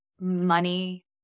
money